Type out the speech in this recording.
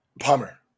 Palmer